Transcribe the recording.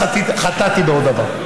אז חטאתי בעוד דבר.